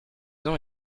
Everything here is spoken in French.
ont